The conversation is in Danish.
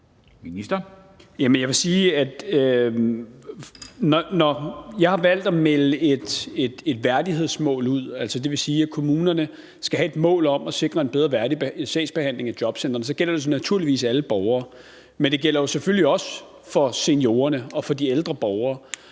Jeg vil sige, at når jeg har valgt at melde et værdighedsmål ud, altså at kommunerne skal have et mål om at sikre en værdig og bedre sagsbehandling i jobcentrene, så gælder det naturligvis alle borgere. Men det gælder jo selvfølgelig også for seniorerne og for de ældre borgere.